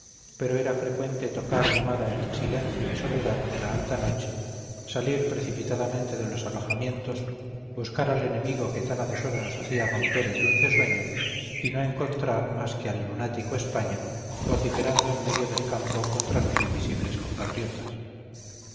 pero era frecuente tocar llamada en el silencio y soledad de la alta noche salir precipitadamente de los alojamientos buscar al enemigo que tan a deshora nos hacía romper el dulce sueño y no encontrar más que al lunático españa vociferando en medio del campo contra sus invisibles compatriotas